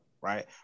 right